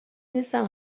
نیستم